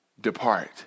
depart